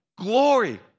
glory